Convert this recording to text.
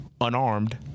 unarmed